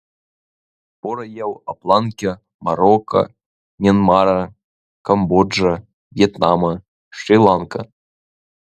pora jau aplankė maroką mianmarą kambodžą vietnamą šri lanką